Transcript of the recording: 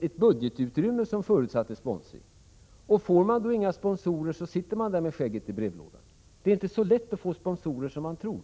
ett budgetutrymme som förutsatte sponsring. Får man då inga sponsorer sitter man där med skägget i brevlådan. Det är inte så lätt att få sponsorer som man kan tro.